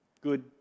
Good